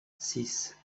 six